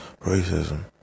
Racism